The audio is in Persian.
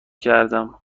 کردم